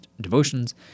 devotions